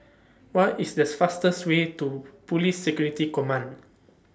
What IS The fastest Way to Police Security Command